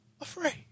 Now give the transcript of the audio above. afraid